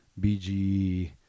BG